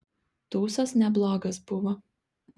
tūsas neblogas buvo